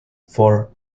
for